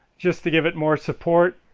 just to give it more support,